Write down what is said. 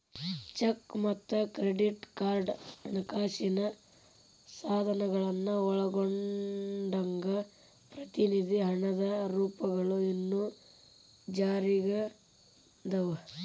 check ಮತ್ತ credit card ಹಣಕಾಸಿನ ಸಾಧನಗಳನ್ನ ಒಳಗೊಂಡಂಗ ಪ್ರತಿನಿಧಿ ಹಣದ ರೂಪಗಳು ಇನ್ನೂ ಜಾರಿಯಾಗದವ